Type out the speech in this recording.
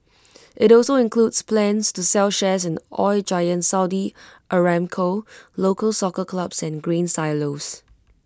IT also includes plans to sell shares in oil giant Saudi Aramco local Soccer clubs and Grain Silos